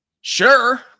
Sure